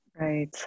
right